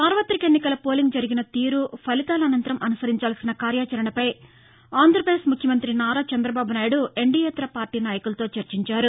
సార్వతిక ఎన్నికల పోలింగ్ జరిగినతీరు భలితాల అనంతరం అనుసరించాల్సిన కార్యాచరణపై ఆంధ్రప్రదేశ్ ముఖ్యమంతి నారా చంద్రబాబునాయుడు ఎన్డీయేతర పార్టీ నాయకులతో చర్చించారు